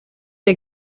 der